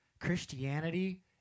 Christianity